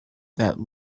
that